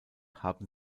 haben